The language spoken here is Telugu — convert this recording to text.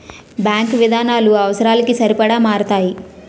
బ్యాంకు విధానాలు అవసరాలకి సరిపడా మారతాయి